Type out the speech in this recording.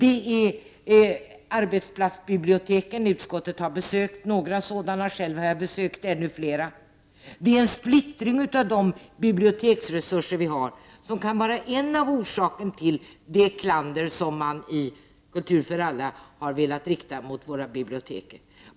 Ett annat exempel är arbetsplatsbiblioteken. Utskottet har besökt några sådana, och själv har jag besökt ännu fler. Det sker en splittring av biblioteksresurserna, som kan vara en av orsakerna till det klander som man i Kultur för alla velat rikta mot biblioteken.